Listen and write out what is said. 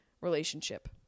relationship